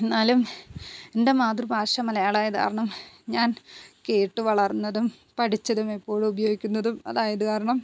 എന്നാലും എൻ്റെ മാതൃഭാഷ മലയാളമായത് കാരണം ഞാൻ കേട്ട് വളർന്നതും പഠിച്ചതും എപ്പോഴും ഉപയോഗിക്കുന്നതും അതായത് കാരണം